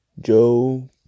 Joe